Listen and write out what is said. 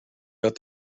about